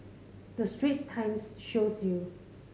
the Straits Times shows you